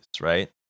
right